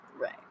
Right